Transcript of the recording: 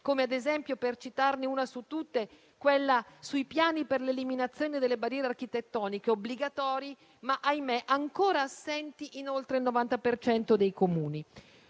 come - ad esempio - per citarne una su tutte, quella sui piani per l'eliminazione delle barriere architettoniche, obbligatori, ma - ahimè - ancora assenti in oltre il 90 per cento